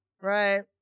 right